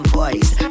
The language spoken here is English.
voice